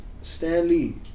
Stanley